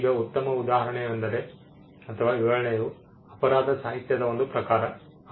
ಈಗ ಉತ್ತಮ ಉದಾಹರಣೆಯೆಂದರೆ ಅಥವಾ ವಿವರಣೆಯು ಅಪರಾಧ ಸಾಹಿತ್ಯದ ಒಂದು ಪ್ರಕಾರವಾಗಿದೆ